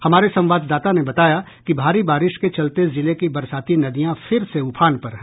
हमारे संवाददाता ने बताया कि भारी बारिश के चलते जिले की बरसाती नदियां फिर से उफान पर हैं